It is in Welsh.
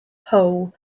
how